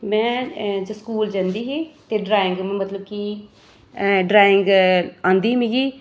में स्कूल जंदी ही ते ड्राइंग मतलब कि ऐ ड्राइंग औंदी ही मिगी